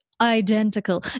identical